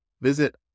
Visit